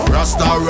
Rasta